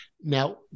now